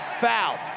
Foul